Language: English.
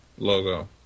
logo